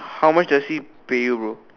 how much does he pay you bro